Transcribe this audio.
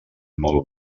molt